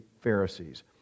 pharisees